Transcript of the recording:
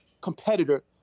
competitor